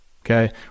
Okay